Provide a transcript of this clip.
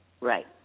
Right